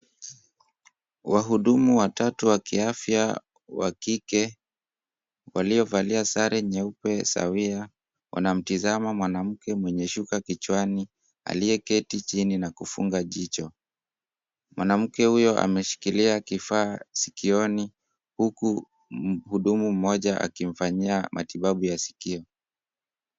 Wahudumu watatu wa kiafya wa kike, waliovalia sare nyeupe sawia. Wanamtizama mwanamke mwenye shuka kichwani aliyeketi chini na kufunga jicho. Mwanamke huyo ameshikilia kifaa sikioni, huku mhudumu mmoja akimfanyia matibabu ya sikio.